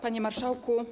Panie Marszałku!